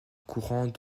courant